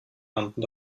rannten